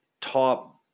top